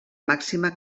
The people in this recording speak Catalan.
màxima